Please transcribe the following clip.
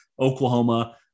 Oklahoma